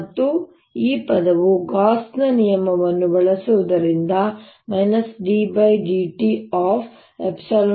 ಮತ್ತು ಈ ಪದವು ಗಾಸ್ ನ ನಿಯಮವನ್ನು ಬಳಸುವುದರಿಂದ d dt ε0